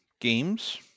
Games